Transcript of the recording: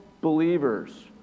believers